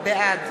בעד